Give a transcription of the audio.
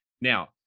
Now